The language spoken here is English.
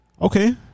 Okay